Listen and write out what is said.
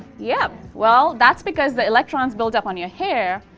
yeah, well that's because the electrons build up on your hair,